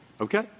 Okay